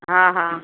हा हा